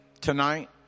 tonight